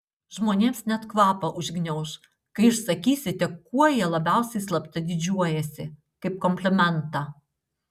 žmonėms net kvapą užgniauš kai išsakysite kuo jie labiausiai slapta didžiuojasi kaip komplimentą